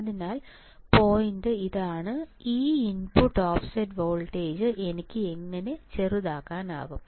അതിനാൽ പോയിന്റ് ഇതാണ് ഈ ഔട്ട്പുട്ട് ഓഫ്സെറ്റ് വോൾട്ടേജ് എനിക്ക് എങ്ങനെ ചെറുതാക്കാനാകും